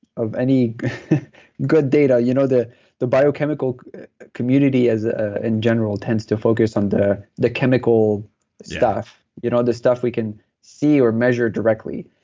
of any good data. you know the the biochemical community ah in general tends to focus on the the chemical stuff, you know the stuff we can see or measure directly.